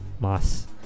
mass